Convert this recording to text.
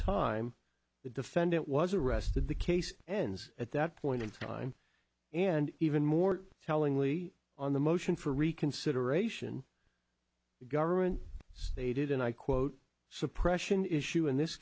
time the defendant was arrested the case ends at that point in time and even more tellingly on the motion for reconsideration government stated and i quote suppression issue in this